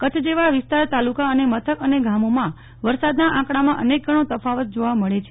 કરછ જેવા વિસ્તાર તાલુકા અને મથક અને ગામોમાં વરસાદના આંકડામાં અનેક ગણી તફાવત જૌવા મળે છે